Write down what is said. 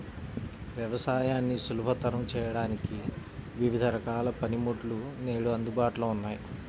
వ్యవసాయాన్ని సులభతరం చేయడానికి వివిధ రకాల పనిముట్లు నేడు అందుబాటులో ఉన్నాయి